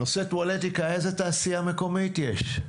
בנושא טואלטיקה איזו תעשייה מקומית יש?